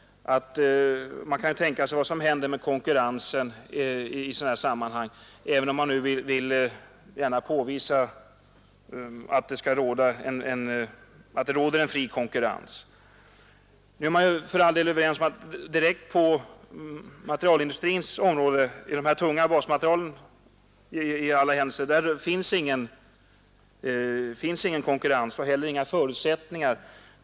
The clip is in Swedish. Vi kan ju tänka oss vad som händer med konkurrensen under sådana förhållanden, även om man gärna vill påvisa att det råder en fri konkurrens. Nu är man för all del överens om att det inte förekommer någon konkurrens på materialindustrins område — i alla händelser inte när det gäller de tunga basmaterialen — och att det inte heller finns några förutsättningar för det.